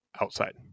outside